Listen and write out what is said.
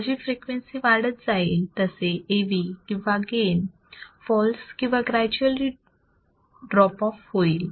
जशी फ्रिक्वेन्सी वाढत जाईल तसे Av किंवा गेन फॉल्स किंवा ग्रज्युअली ड्रॉप ऑफ होईल